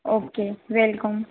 okay welcome